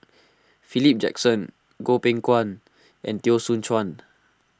Philip Jackson Goh Beng Kwan and Teo Soon Chuan